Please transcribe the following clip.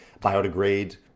biodegrade